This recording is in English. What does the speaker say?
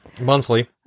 monthly